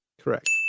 Correct